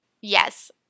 Yes